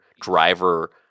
driver